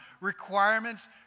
requirements